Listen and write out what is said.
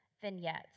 Vignettes